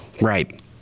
Right